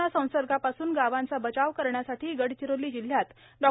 corona संसर्गापासून गावांचा बचाव करण्यासाठी गडचिरोली जिल्ह्यात डॉ